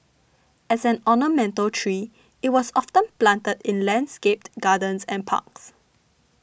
as an ornamental tree it was often planted in landscaped gardens and parks